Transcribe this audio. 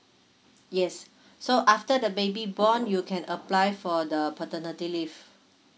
yes so after the baby born you can apply for the paternity leave